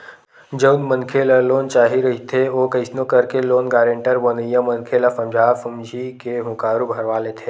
जउन मनखे ल लोन चाही रहिथे ओ कइसनो करके लोन गारेंटर बनइया मनखे ल समझा सुमझी के हुँकारू भरवा लेथे